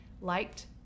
liked